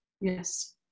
Yes